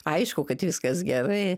aišku kad viskas gerai